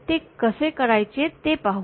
ते कसे करायचे ते पाहू